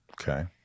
Okay